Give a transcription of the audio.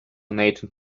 nathan